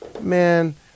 Man